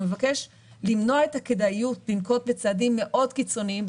הוא מבקש למנוע את הכדאיות לנקוט בצעדים מאוד קיצוניים,